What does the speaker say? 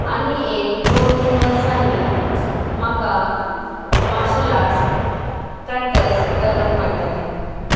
आनी एक दोन तीन वर्सांनी म्हाका मार्शल आर्ट्स प्रॅक्टीस करूंक मेळटलें